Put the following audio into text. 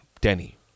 Denny